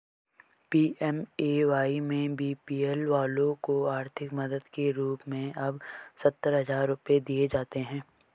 PMAY में BPL वालों को आर्थिक मदद के रूप में अब सत्तर हजार रुपये दिए जाते हैं